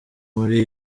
muri